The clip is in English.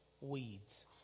weeds